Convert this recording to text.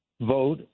vote